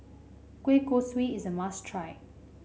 Kueh Kosui is a must try